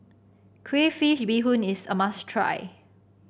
Crayfish Beehoon is a must try